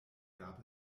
gab